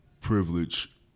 privilege